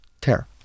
tear